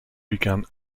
began